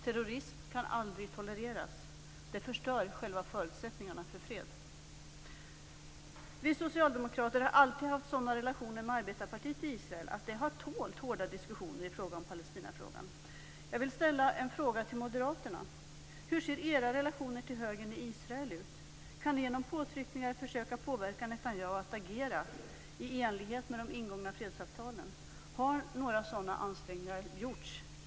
Terrorism kan aldrig tolereras. Det förstör själva förutsättningarna för fred. Vi socialdemokrater har alltid haft sådana relationer med arbetarpartiet i Israel att det har tålt hårda diskussioner i Palestinafrågan. Jag vill fråga moderaterna: Hur ser era relationer till högern i Israel ut? Kan ni genom påtryckningar försöka påverka Netanyahu att agera i enlighet med de ingångna fredsavtalen? Har några sådana ansträngningar gjorts?